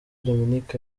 dominic